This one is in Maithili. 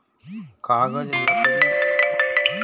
कागज लकड़ी के लुगदी सं बनल एकटा पातर शीट होइ छै